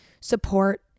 support